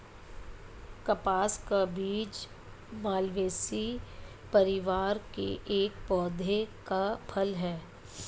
कपास का बीज मालवेसी परिवार के एक पौधे का फल है